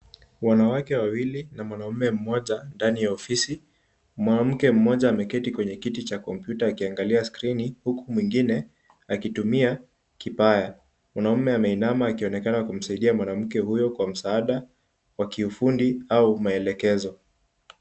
Wanawake wawili na mwanaume mmoja ndani ya ofisi. Mwanamke mmoja ameketi kwenye kiti cha kompyuta akiangalia skrini huku mwingine akitumia kipanya. Mwanaume ameinama akionekana kumsaidia mwanamke huyo kwa msaada wa kiufundi au maelekezo.